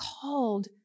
called